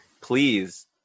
please